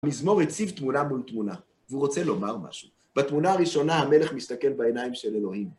מזמור הציב תמונה מול תמונה, והוא רוצה לומר משהו. בתמונה הראשונה המלך מסתכל בעיניים של אלוהים.